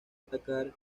atacar